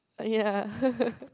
ya